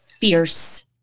fierce